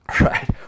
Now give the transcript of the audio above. Right